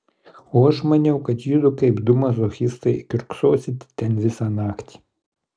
o aš maniau kad judu kaip du mazochistai kiurksosite ten visą naktį